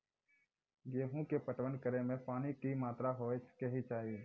गेहूँ के पटवन करै मे पानी के कि मात्रा होय केचाही?